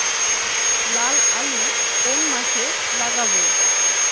লাল আলু কোন মাসে লাগাব?